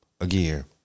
Again